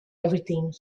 everything